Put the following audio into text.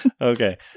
Okay